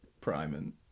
priming